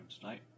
tonight